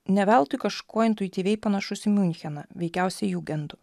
ne veltui kažkuo intuityviai panašus į miuncheną veikiausiai jugendu